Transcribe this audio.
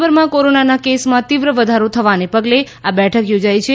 દેશભરમાં કોરોનાના કેસમાં તીવ્ર વધારો થવાને પગલે આ બેઠક યોજાઈ છે